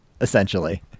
essentially